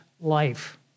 life